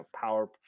Power